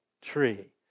tree